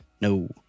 No